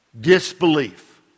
disbelief